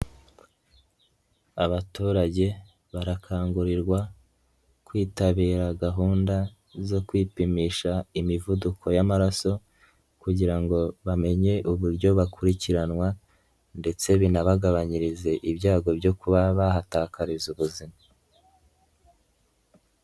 Abaturage barakangurirwa kwitabira gahunda zo kwipimisha imivuduko y'amaraso kugira ngo bamenye uburyo bakurikiranwa ndetse binabagabanyirize ibyago byo kuba bahatakariza ubuzima.